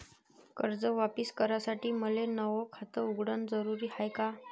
कर्ज वापिस करासाठी मले नव खात उघडन जरुरी हाय का?